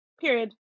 period